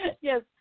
Yes